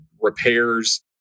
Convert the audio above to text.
repairs